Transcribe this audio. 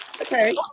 Okay